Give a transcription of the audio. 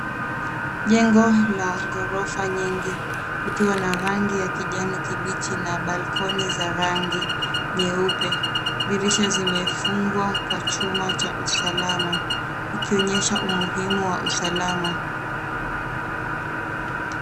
Jengo la ghorofa nyingi likiwa na rangi ya kijani kibichi na balkoni za rangi nyeupe. Dirisha zimefungwa kwa chuma cha usalama ikionyesha umuhimu wa usalama.